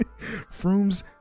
Frooms